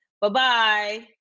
Bye-bye